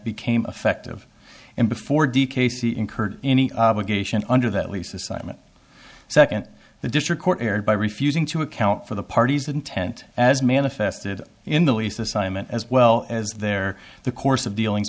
became effective and before de casey incurred any obligation under that lease assignment second the district court erred by refusing to account for the parties intent as manifested in the lease assignment as well as their the course of dealings